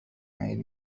عيد